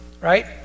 right